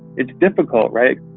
it's difficult, right?